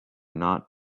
not